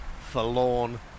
forlorn